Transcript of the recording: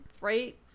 right